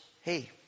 hey